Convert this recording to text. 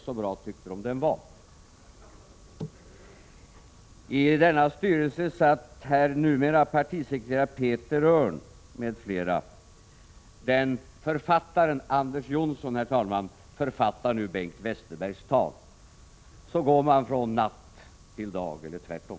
Så bra tyckte förbundsstyrelsen att motionen var. Så går man från natt till dag, eller tvärtom.